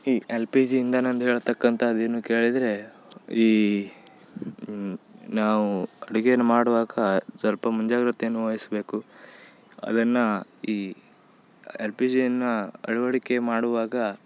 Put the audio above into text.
ಈ L P G ಇಂಧನ ಅಂದು ಹೇಳತಕ್ಕಂಥದ್ದು ಏನು ಕೇಳಿದರೆ ಈ ನಾವು ಅಡುಗೆಯನ್ನು ಮಾಡುವಾಗ ಸ್ವಲ್ಪ ಮುಂಜಾಗ್ರತೆಯನ್ನು ವಹಿಸ್ಬೇಕು ಅದನ್ನು ಈ ಎಲ್ ಪಿ ಜಿಯನ್ನು ಅಳವಡಿಕೆ ಮಾಡುವಾಗ